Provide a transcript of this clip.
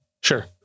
Sure